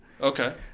Okay